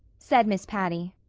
said miss patty.